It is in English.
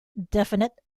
definite